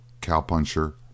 cowpuncher